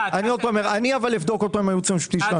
אני אבדוק עוד פעם עם הייעוץ המשפטי שלנו.